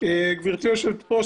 גברתי היושבת ראש,